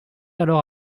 alors